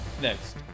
Next